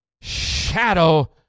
shadow